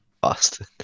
Boston